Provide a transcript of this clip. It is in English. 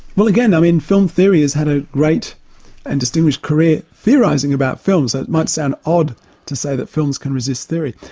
well again, i mean film theory has had a great and distinguished career theorising about films. it might sound odd to say that films can resist theory,